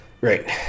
Right